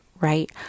right